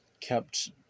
kept